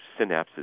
synapses